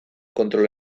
kontrol